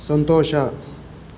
ಸಂತೋಷ